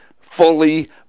fully